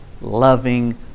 loving